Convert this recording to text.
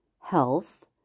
health